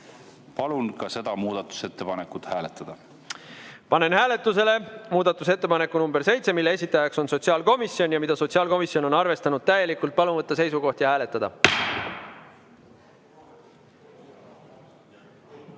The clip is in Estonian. Palun võtta seisukoht ja hääletada! Panen hääletusele muudatusettepaneku nr 7, mille esitaja on sotsiaalkomisjon ja mida sotsiaalkomisjon on arvestanud täielikult. Palun võtta seisukoht ja hääletada!